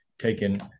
taken